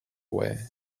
away